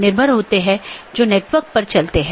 बस एक स्लाइड में ऑटॉनमस सिस्टम को देख लेते हैं